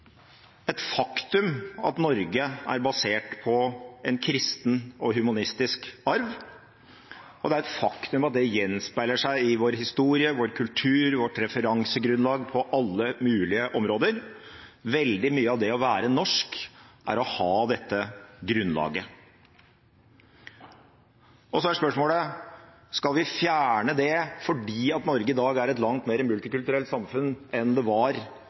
et faktum at Norge er basert på en kristen og humanistisk arv, og det er et faktum at det gjenspeiler seg i vår historie, vår kultur og vårt referansegrunnlag på alle mulige områder. Veldig mye av det å være norsk er å ha dette grunnlaget. Så er spørsmålet: Skal vi fjerne det fordi Norge i dag er et langt mer multikulturelt samfunn enn det var